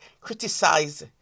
criticize